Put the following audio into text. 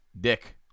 Dick